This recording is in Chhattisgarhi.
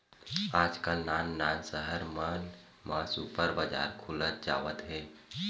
आजकाल नान नान सहर मन म सुपर बजार खुलत जावत हे